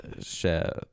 share